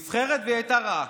נבחרת, והיא הייתה רעה.